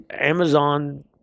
Amazon